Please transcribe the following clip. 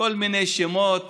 כל מיני שמות